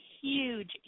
huge